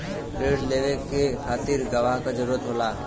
रिण लेवे के खातिर गवाह के जरूरत होला